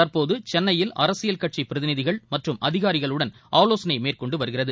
தற்போது சென்னையில் அரசியல் கட்சி பிரதிநிதிகள் மற்றும் அதிகாரிகளுடன் ஆலோசனை மேற்கொண்டு வருகிறது